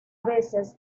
veces